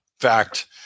fact